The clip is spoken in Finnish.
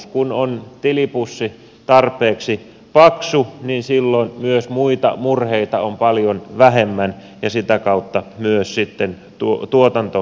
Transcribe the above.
kun on tilipussi tarpeeksi paksu niin silloin myös muita murheita on paljon vähemmän ja sitä kautta myös sitten tuotanto toimii paremmin